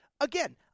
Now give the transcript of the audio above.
Again